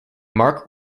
mark